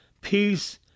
peace